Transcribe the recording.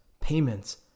payments